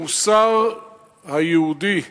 המוסר היהודי התורני,